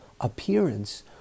appearance